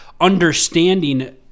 understanding